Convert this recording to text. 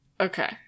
okay